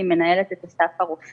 שהיא מנהלת את אסף הרופא,